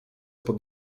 pod